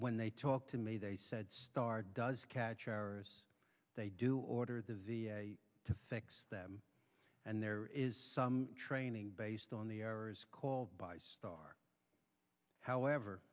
when they talked to me they said star does catch errors they do order the v a to fix them and there is some training based on the errors called by starr however